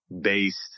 based